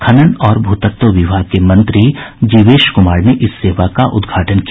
खनन और भूतत्व विभाग के मंत्री जीवेश कुमार ने इस सेवा का उद्घाटन किया